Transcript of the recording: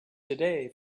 today